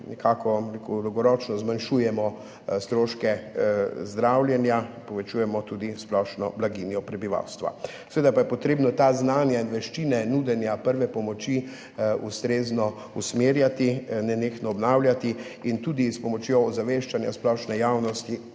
tem pa nekako dolgoročno zmanjšujemo stroške zdravljenja, povečujemo tudi splošno blaginjo prebivalstva. Seveda pa je treba ta znanja in veščine nudenja prve pomoči ustrezno usmerjati, nenehno obnavljati in tudi s pomočjo ozaveščanja splošne javnosti